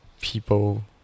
people